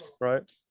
right